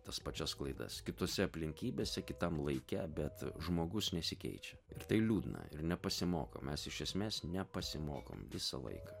tas pačias klaidas kitose aplinkybėse kitam laike bet žmogus nesikeičia ir tai liūdna ir nepasimoko mes iš esmės nepasimokom visą laiką